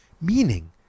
Meaning